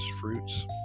fruits